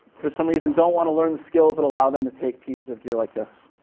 for some reason don't want to learn the skills that allow them to take pieces of gear like this.